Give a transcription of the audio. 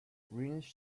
greenish